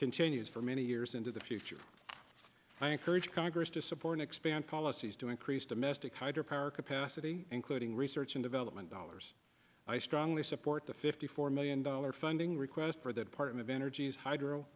continues for many years into the future i encourage congress to support expand policies to increase domestic hydro power capacity including research and development dollars i strongly support the fifty four million dollars funding request for that part of energy's hydro